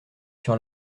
sur